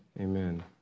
amen